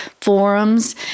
forums